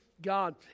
God